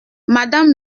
madame